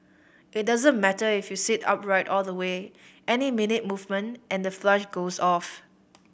it doesn't matter if you sit upright all the way any minute movement and the flush goes off